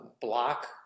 Block